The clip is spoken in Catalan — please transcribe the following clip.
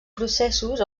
processos